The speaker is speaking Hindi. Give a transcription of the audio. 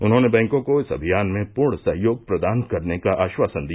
उन्होंने बैंको को इस अभियान में पूर्ण सहयोग प्रदान करने का आश्वासन दिया